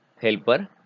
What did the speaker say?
helper